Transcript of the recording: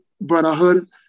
brotherhood